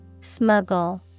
Smuggle